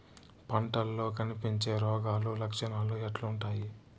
పంటల్లో కనిపించే రోగాలు లక్షణాలు ఎట్లుంటాయి?